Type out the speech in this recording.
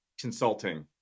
consulting